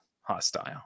hostile